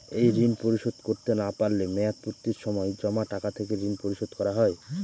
এই ঋণ পরিশোধ করতে না পারলে মেয়াদপূর্তির সময় জমা টাকা থেকে ঋণ পরিশোধ করা হয়?